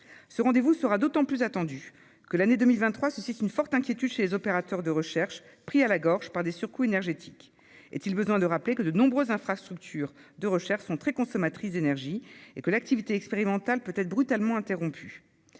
Ce rendez-vous sera d'autant plus attendu que l'année 2023 suscite une forte inquiétude chez les opérateurs de recherche, pris à la gorge par les surcoûts énergétiques. Est-il besoin de rappeler que de nombreuses infrastructures de recherche sont très consommatrices d'énergie et que l'activité expérimentale ne peut être brutalement interrompue ?